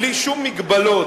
בלי שום מגבלות,